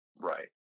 right